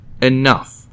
enough